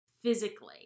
physically